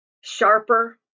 sharper